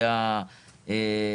א',